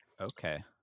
Okay